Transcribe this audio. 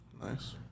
Nice